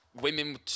women